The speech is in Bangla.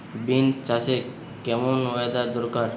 বিন্স চাষে কেমন ওয়েদার দরকার?